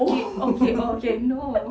okay okay okay no